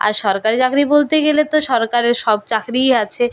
আর সরকারি চাকরি বলতে গেলে তো সরকারের সব চাকরিই আছে